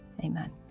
Amen